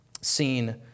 seen